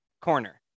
corner